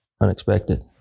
unexpected